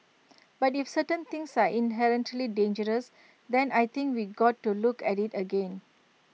but if certain things are inherently dangerous then I think we got to look at IT again